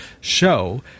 show